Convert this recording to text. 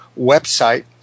website